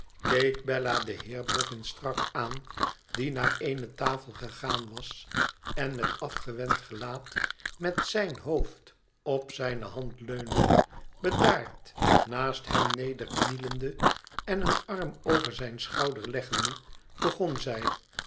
keek bella den heer boffin strak aan die naar eene tafel gegaan was en met afgewend gelaat met zijn hoofd op zijne hand leunde bedaard naast hem nederknielende en een arm over zijn schouder leggende begon zij